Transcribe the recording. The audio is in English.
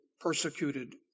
persecuted